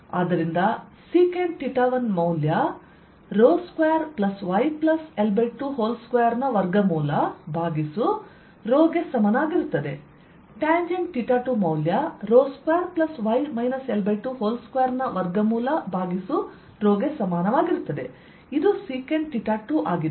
ಆದ್ದರಿಂದ ಸೆಕೆಂಟ್ 1 ಮೌಲ್ಯ 2yL22ರ ವರ್ಗಮೂಲ ಭಾಗಿಸು ರೋ ಗೆ ಸಮನಾಗಿರುತ್ತದೆ ಟ್ಯಾಂಜೆಂಟ್ 2ಮೌಲ್ಯ 2y L22ರ ವರ್ಗಮೂಲ ಭಾಗಿಸು ರೋ ಗೆ ಸಮಾನವಾಗಿರುತ್ತದೆ ಇದು ಸೆಕೆಂಟ್2ಆಗಿದೆ